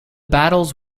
battles